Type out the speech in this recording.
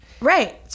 right